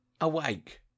awake